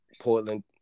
Portland